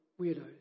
weirdos